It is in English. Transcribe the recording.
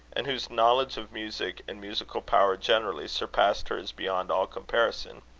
and whose knowledge of music and musical power generally, surpassed hers beyond all comparison.